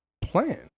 plan